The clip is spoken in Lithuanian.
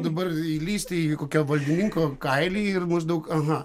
dabar įlįsti į kokio valdininko kailį ir maždaug aha